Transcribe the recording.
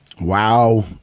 Wow